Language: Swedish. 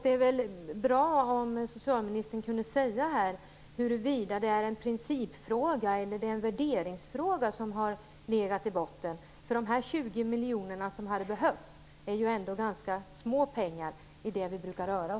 Det vore bra om socialministern kunde säga huruvida det är en principfråga eller en värderingsfråga som har legat i botten. De 20 miljoner som hade behövts är ändå ganska små pengar i detta sammanhang.